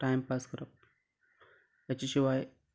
timepass करप हाचे शिवाय